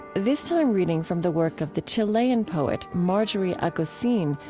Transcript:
this time reading from the work of the chilean poet marjorie agosin,